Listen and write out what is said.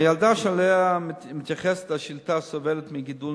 הילדה שאליה מתייחסת השאילתא סובלת מגידול